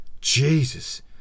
Jesus